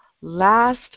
last